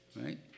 Right